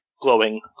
glowing